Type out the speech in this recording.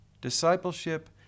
Discipleship